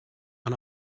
and